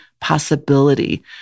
possibility